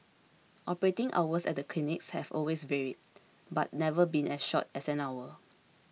operating hours at the clinics have always varied but never been as short as an hour